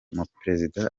umuperezida